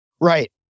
Right